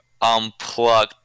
unplug